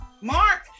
Mark